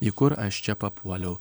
į kur aš čia papuoliau